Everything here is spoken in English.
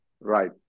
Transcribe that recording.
Right